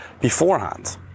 beforehand